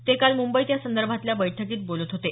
ते काल मुंबईत यासंदर्भातल्या बैठकीत बोलत होते